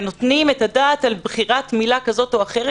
ונותנים את הדעת על בחירת מילה כזאת או אחרת